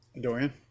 Dorian